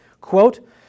Quote